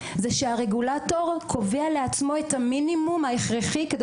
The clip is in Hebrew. זה כשהרגולטור קובע לעצמו את המינימום ההכרחי כדי